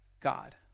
God